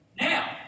now